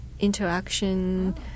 Interaction